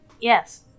yes